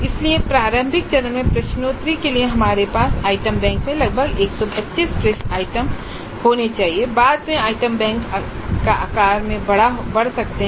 इसलिए प्रारंभिक चरण में प्रश्नोत्तरी के लिए हमारे पास आइटम बैंक में लगभग 125 आइटम होने चाहिए बाद में आइटम बैंक आकार में बढ़ सकते हैं